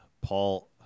Paul